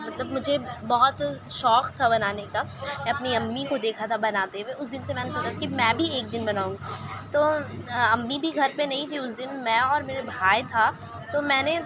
مطلب مجھے بہت شوق تھا بنانے کا میں اپنی امی کو دیکھا تھا بناتے ہوئے اس دن سے میں ںے سوچا کہ میں بھی ایک دن بناؤں تو امی بھی گھر پہ نہیں تھی اس دن میں اور میرا بھائی تھا تو میں نے